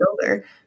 builder